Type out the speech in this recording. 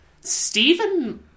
Stephen